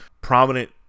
prominent